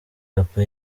papa